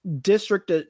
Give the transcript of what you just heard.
district